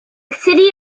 city